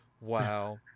Wow